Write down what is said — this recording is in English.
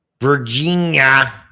Virginia